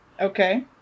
Okay